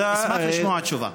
אשמח לשמוע תשובה.